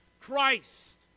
christ